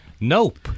nope